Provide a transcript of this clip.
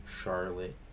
Charlotte